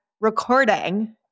recording